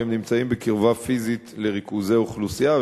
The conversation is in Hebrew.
והם נמצאים בקרבה פיזית לריכוזי אוכלוסייה.